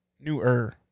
Newer